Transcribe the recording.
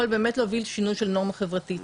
יכול באמת להוביל שינוי של נורמה חברתית.